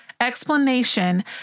explanation